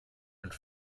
und